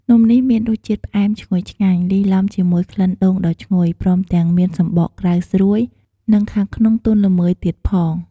នំនេះមានរសជាតិផ្អែមឈ្ងុយឆ្ងាញ់ លាយឡំជាមួយក្លិនដូងដ៏ឈ្ងុយ ព្រមទាំងមានសំបកក្រៅស្រួយ និងខាងក្នុងទន់ល្មើយទៀតផង។